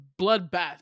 bloodbath